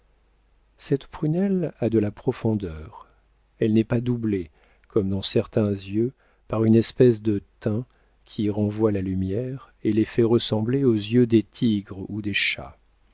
celle prunelle a de la profondeur elle n'est pas doublée comme dans certains yeux par une espèce de tain qui renvoie la lumière et les fait ressembler aux yeux des tigres ou des chats